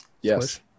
Yes